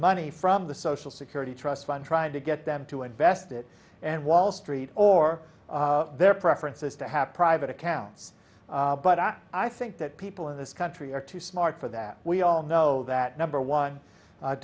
money from the social security trust fund trying to get them to invest it and wall street or their preference is to have private accounts but i think that people in this country are too smart for that we all know that number one